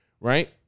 right